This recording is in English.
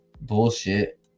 bullshit